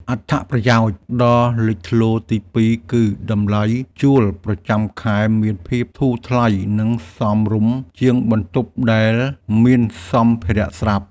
អត្ថប្រយោជន៍ដ៏លេចធ្លោទីពីរគឺតម្លៃជួលប្រចាំខែមានភាពធូរថ្លៃនិងសមរម្យជាងបន្ទប់ដែលមានសម្ភារៈស្រាប់។